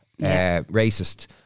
racist